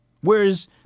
whereas